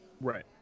Right